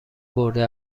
برده